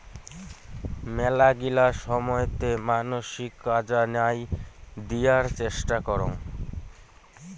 মেলাগিলা সময়তে মানসি কাজা নাই দিয়ার চেষ্টা করং